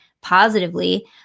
positively